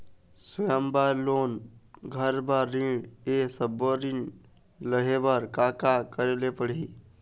स्वयं बर लोन, घर बर ऋण, ये सब्बो ऋण लहे बर का का करे ले पड़ही?